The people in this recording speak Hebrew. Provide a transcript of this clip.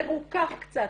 מרוכך קצת,